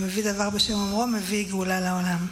המביא דבר בשם אומרו מביא גאולה לעולם.